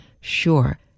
sure